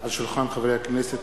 על שולחן הכנסת,